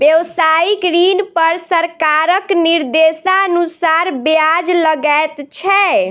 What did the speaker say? व्यवसायिक ऋण पर सरकारक निर्देशानुसार ब्याज लगैत छै